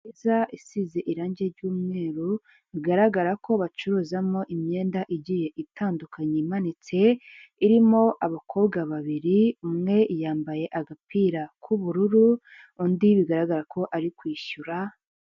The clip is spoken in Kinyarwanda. Inzu nziza isize irange r'umweru bigaragara ko bacuruzamo imyenda igiye itandukanye imanitse irimo abakobwa babiri umwe yambaye agapira k'ubururu undi bigaragara ko ari kwishyura.